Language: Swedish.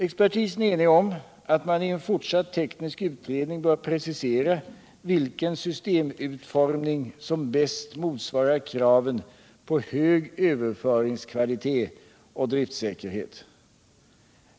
Expertisen är enig om att man i en fortsatt teknisk utredning bör precisera vilken systemutformning som bäst motsvarar kraven på hög överföringskvalitet och driftssäkerhet.